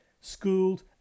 schooled